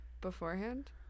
Beforehand